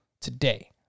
today